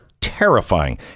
terrifying